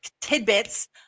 tidbits